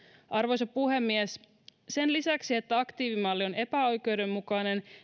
arvoisa puhemies sen lisäksi että aktiivimalli on epäoikeudenmukainen